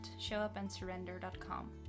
showupandsurrender.com